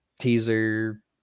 teaser